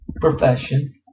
profession